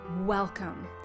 welcome